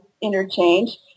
interchange